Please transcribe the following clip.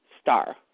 star